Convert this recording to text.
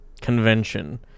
convention